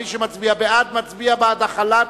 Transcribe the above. מי שמצביע בעד, מצביע בעד החלת